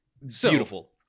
Beautiful